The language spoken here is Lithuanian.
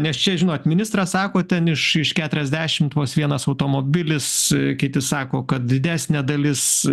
nes čia žinot ministras sako ten iš iš ketriasdešimt vos vienas automobilis kiti sako kad didesnė dalis